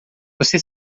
você